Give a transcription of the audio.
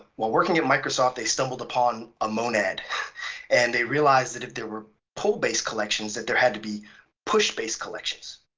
while working at microsoft they stumbled upon a monad and they realized that if there were pull-based collections, that there had to be push-based collections.